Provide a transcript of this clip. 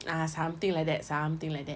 ah something like that something like that